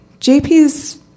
JP's